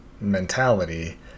mentality